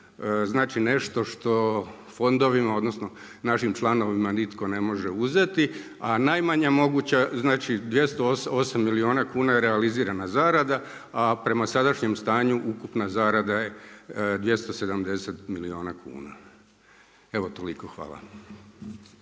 Znači nešto što fondovima, odnosno našim članovima nitko ne može uzeti, a najmanja moguća, znači 208 milijuna kuna je realizirana zarada a prema sadašnjem stanju ukupna zarada je 270 milijuna kuna. Evo toliko. Hvala.